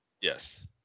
Yes